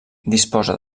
disposa